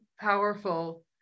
powerful